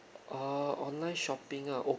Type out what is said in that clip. err online shopping ah